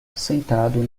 sentado